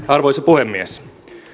arvoisa puhemies